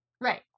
Right